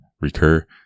recur